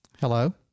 Hello